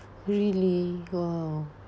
really !wow!